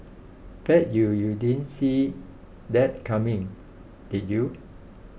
bet you you didn't see that coming did you